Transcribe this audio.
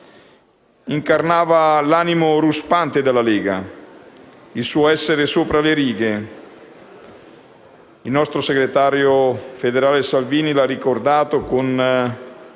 Il nostro segretario federale Salvini l'ha ricordato